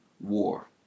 war